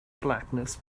blackness